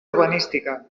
urbanística